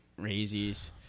Razies